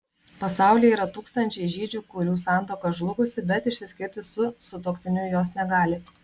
pasaulyje yra tūkstančiai žydžių kurių santuoka žlugusi bet išsiskirti su sutuoktiniu jos negali